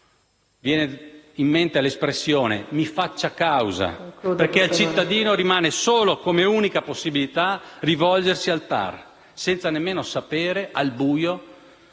Viene in mente l'espressione: «Mi faccia causa» perché al cittadino rimane, come unica possibilità, rivolgersi al TAR, al buio, senza nemmeno sapere quali